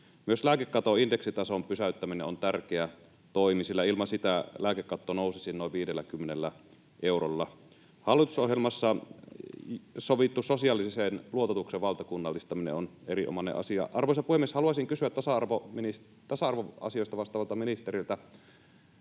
Myös lääkekaton indeksitason pysäyttäminen on tärkeä toimi, sillä ilman sitä lääkekatto nousisi noin 50 eurolla. Hallitusohjelmassa sovittu sosiaalisen luototuksen valtakunnallistaminen on erinomainen asia. Arvoisa puhemies! Haluaisin kysyä tasa-arvoasioista vastaavalta ministeriltä,